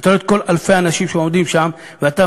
אתה רואה את כל אלפי האנשים שעומדים שם ואתה